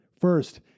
First